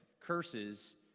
curses